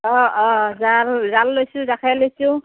অ' অ' জাল জাল লৈছোঁ জাকৈ লৈছোঁ